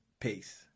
Peace